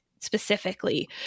specifically